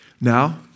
Now